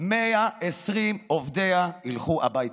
120 עובדיה ילכו הביתה.